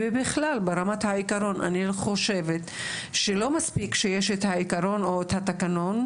ובכלל ברמת העיקרון אני חושבת שלא מספיק שיש את העיקרון או את התקנון,